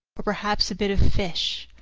or perhaps a bit of fish.